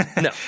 No